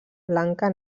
blanca